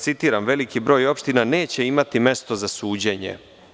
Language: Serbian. Citiram – da veliki broj opština neće imati mesto za suđenje.